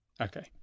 Okay